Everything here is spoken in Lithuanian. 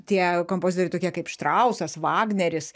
tie kompozitoriai tokie kaip štrausas vagneris